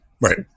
right